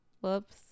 whoops